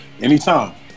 anytime